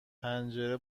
پنجره